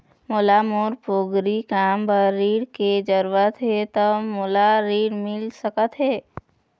मोला मोर पोगरी काम बर ऋण के जरूरत हे ता मोला ऋण मिल सकत हे?